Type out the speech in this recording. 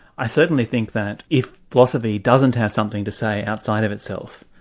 i certainly think that if philosophy doesn't have something to say outside of itself,